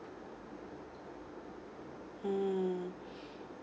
mm